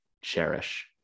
cherish